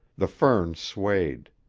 the ferns swayed